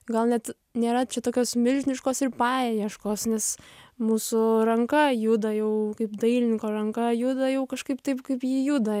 gal net nėra čia tokios milžiniškos ir paieškos nes mūsų ranka juda jau kaip dailininko ranka juda jau kažkaip taip kaip ji juda